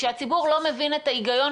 וכשהציבור לא מבין את ההיגיון,